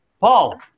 Paul